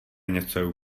něco